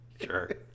Sure